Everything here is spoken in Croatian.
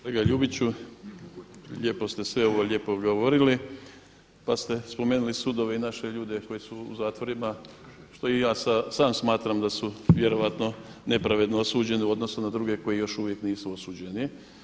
Ljubiću lijepo ste sve ovo govorili pa ste spomenuli sudove i naše ljude koji su u zatvorima što i ja sam smatram da su vjerojatno nepravedno osuđeni u odnosu na druge koji još uvijek nisu osuđeni.